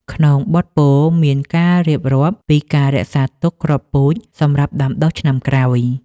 ក្នុងបទពោល មានការរៀបរាប់ពីការរក្សាទុកគ្រាប់ពូជសម្រាប់ដាំដុះឆ្នាំក្រោយ។